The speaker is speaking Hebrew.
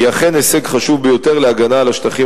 היא אכן הישג חשוב ביותר להגנה על השטחים